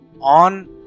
on